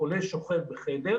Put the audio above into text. החולה שוכב בחדר